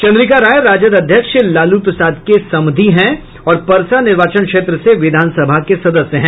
चंद्रिका राय राजद अध्यक्ष लालू प्रसाद के समधी हैं और परसा निर्वाचन क्षेत्र से विधानसभा के सदस्य हैं